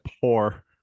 poor